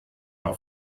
art